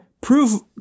prove